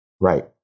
Right